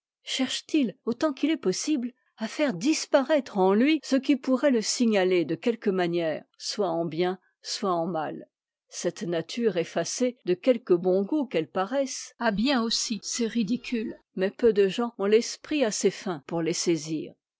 cherche t i autant qu'il est possible à faire disparaitre en lui ce qui pourrait le signaler de quelque manière soit en bien soit en mal cette nature effacée de quelque bon goût qu'elle paraisse a bien aussi ses ridicules mais peu de gens ont l'esprit assez fin pour les saisir